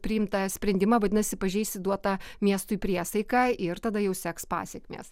priimtą sprendimą vadinasi pažeisti duotą miestui priesaiką ir tada jau seks pasekmės